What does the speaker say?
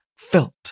felt